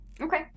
okay